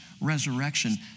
resurrection